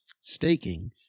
staking